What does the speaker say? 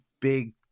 big